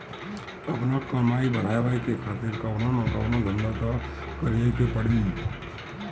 आपन कमाई बढ़ावे खातिर कवनो न कवनो धंधा तअ करीए के पड़ी